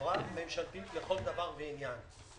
ממשלתית לכל דבר ועניין.